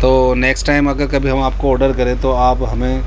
تو next time اگر کبھی ہم آپ کو آڈر کریں تو آپ ہمیں